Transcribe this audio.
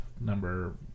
number